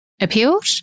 appealed